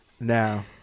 Now